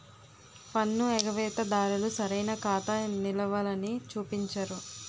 పన్ను ఎగవేత దారులు సరైన ఖాతా నిలవలని చూపించరు